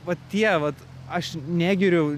va tie vat aš negiriu